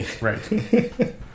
Right